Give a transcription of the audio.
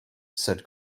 said